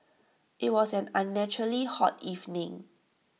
IT was an unnaturally hot evening